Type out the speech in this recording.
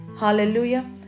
Hallelujah